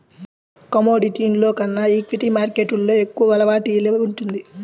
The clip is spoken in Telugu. కమోడిటీస్లో కన్నా ఈక్విటీ మార్కెట్టులో ఎక్కువ వోలటాలిటీ ఉంటుంది